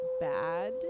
bad